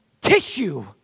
tissue